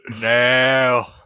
now